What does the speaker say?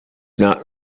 not